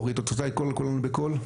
אורית, את רוצה לקרוא לנו בקול?